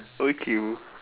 okay